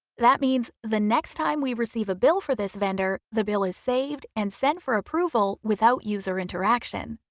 that means the next time we receive a bill for this vendor the bill is saved and sent for approval without user interaction.